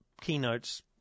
keynotes